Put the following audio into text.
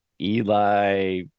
Eli